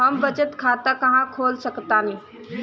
हम बचत खाता कहां खोल सकतानी?